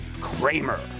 Kramer